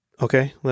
okay